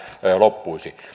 loppuisi